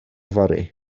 fory